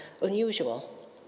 unusual